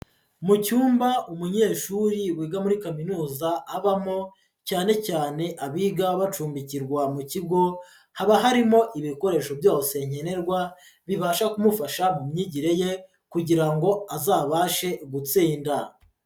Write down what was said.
Mu cyumba umunyeshuri wiga muri kaminuza abamo, cyane cyane abiga bacumbikirwa mu kigo, haba harimo ibikoresho byose nkenerwa, bibasha kumufasha mu myigire ye kugira ngo azabashe gutsinda.